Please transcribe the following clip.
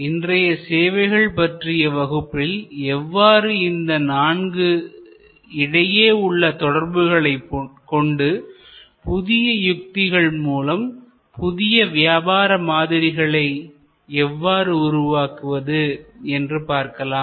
இன்றைய சேவைகள் பற்றிய வகுப்பில் எவ்வாறு இந்த நான்கு இடையே உள்ள தொடர்புகளைகொண்டு புதிய யுக்திகள் மூலம் புதிய வியாபார மாதிரிகளை எவ்வாறு உருவாக்குவது என்று பார்க்கலாம்